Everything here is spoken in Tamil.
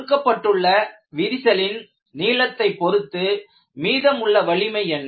கொடுக்கப்பட்டுள்ள விரிசலின் நீளத்தைப் பொருத்து மீதமுள்ள வலிமை என்ன